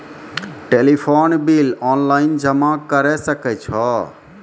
Telephone bill online जमा करै सकै छौ?